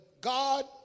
God